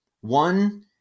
one